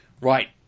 Right